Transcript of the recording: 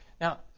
Now